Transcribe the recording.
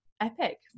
epic